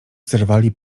zerwali